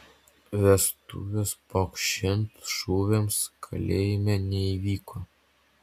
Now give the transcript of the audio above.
vestuvės pokšint šūviams kalėjime neįvyko